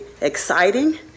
exciting